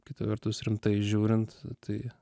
kita vertus rimtai žiūrint tai